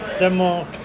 Denmark